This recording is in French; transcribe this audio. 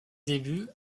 débuts